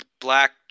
black